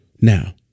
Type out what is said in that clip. now